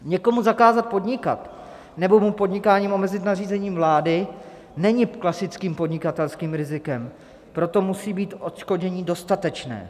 Někomu zakázat podnikat nebo mu podnikání omezit nařízením vlády není klasickým podnikatelským rizikem, proto musí být odškodnění dostatečné.